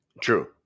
True